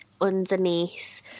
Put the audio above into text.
underneath